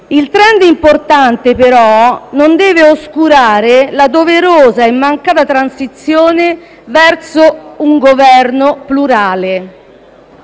Il *trend* importante, però, non deve oscurare la doverosa e mancata transizione verso un governo plurale.